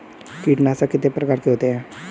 कीटनाशक कितने प्रकार के होते हैं?